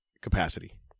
capacity